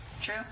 true